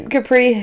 Capri